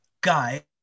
Guy